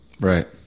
Right